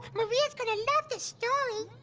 maria's gonna love the story.